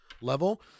level